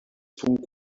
punt